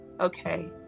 Okay